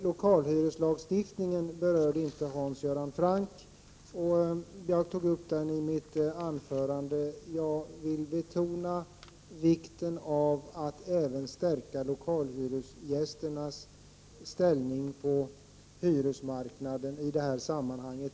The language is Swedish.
Lokalhyreslagstiftningen berörde inte Hans Göran Franck. Jag tog upp den i mitt anförande. Jag vill betona vikten av att även stärka lokalhyresgästernas ställning på hyresmarknaden i detta sammanhang.